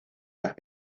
las